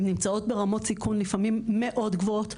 הן נמצאות ברמות סיכון לפעמים מאוד גבוהות,